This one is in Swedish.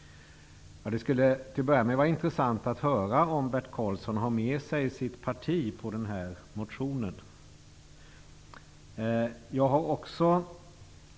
Till att börja med skulle det vara intressant att höra om Bert Karlsson har med sig sitt parti när det gäller den här motionen.